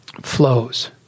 flows